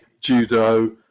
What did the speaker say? judo